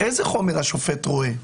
איזה חומר השופט רואה?